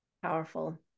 Powerful